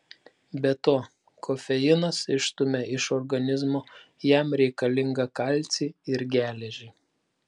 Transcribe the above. be to kofeinas išstumia iš organizmo jam reikalingą kalcį ir geležį